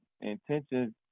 intentions